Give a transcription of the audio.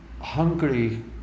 Hungary